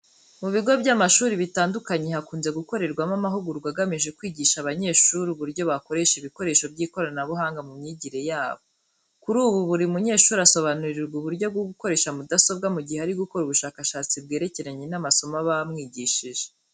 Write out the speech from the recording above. Mu bigo by'amashuri bitandukanye hakunze gukorerwamo amahugurwa agamije kwigisha abanyeshuri uburyo bakoresha ibikoresho by'ikoranabuhanga mu myigire yabo. Kuri ubu buri munyeshuri asobanurirwa uburyo bwo gukoresha mudasobwa mu gihe ari gukora ubushakashatsi bwerekeranye n'amasomo baba bamwigishije.